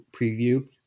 preview